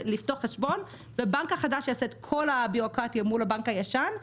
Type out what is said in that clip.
לפתוח חשבון והבנק החדש יעשה את כל הביורוקרטיה מול הבנק הישן.